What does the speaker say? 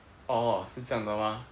orh orh 是这样的吗